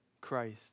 Christ